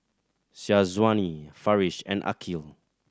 Syazwani Farish and Aqil